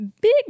big